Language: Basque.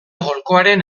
golkoaren